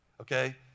okay